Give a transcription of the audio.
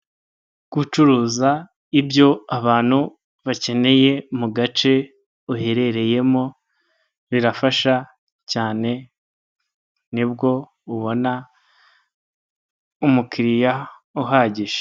Gucuruza ibyo abantu bakeneye mu gace uherereyemo birafasha cyane nibwo ubona umukiriya uhagije.